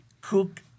cook